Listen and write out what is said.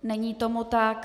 Není tomu tak.